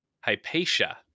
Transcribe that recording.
Hypatia